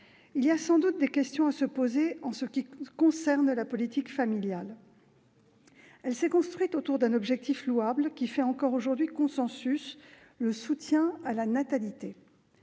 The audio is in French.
il y a sans doute des questions à se poser en ce qui concerne la politique familiale. Celle-ci s'est construite autour d'un objectif louable, qui fait encore aujourd'hui consensus : le soutien à la natalité.